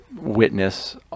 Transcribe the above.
witness